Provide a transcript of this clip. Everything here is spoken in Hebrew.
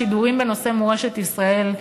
שידורים בנושא מורשת ישראל,